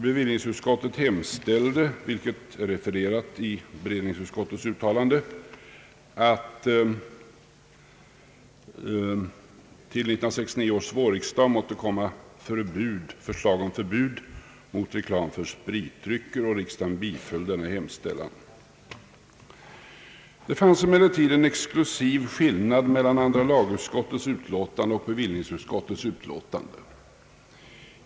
Bevillningsutskottet hemställde — vilket är refererat i allmänna beredningsutskottets utlåtande — om förslag till 1969 års vårriksdag beträffande förbud mot reklam för spritdrycker, och riksdagen biföll denna hemställan. Det fanns emellertid en exklusiv skillnad mellan andra lagutskottets utlåtande och bevillningsutskottets betänkande.